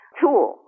tool